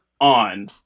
on